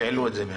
והעלו את זה.